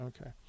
Okay